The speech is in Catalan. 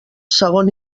segon